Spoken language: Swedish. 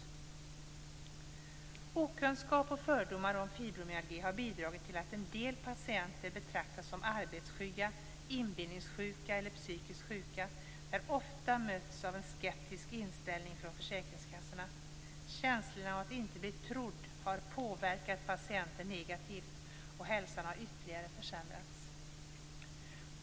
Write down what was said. Okunskap och fördomar om fibromyalgi har bidragit till att en del patienter betraktas som arbetsskygga, inbillningssjuka eller psykiskt sjuka. De har ofta mötts av en skeptisk inställning från försäkringskassorna. Känslan av att inte bli trodd har påverkat patienten negativt, och hälsan har ytterligare försämrats.